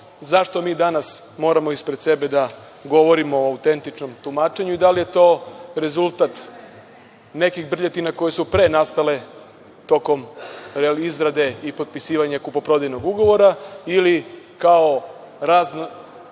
zašto mi danas moramo ispred sebe da govorimo o autentičnom tumačenju i da li je to rezultat nekih brljotina koje su pre nastale, tokom izrade i potpisivanja kupoprodajnog ugovora ili kao razni